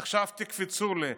עכשיו תקפצו לי.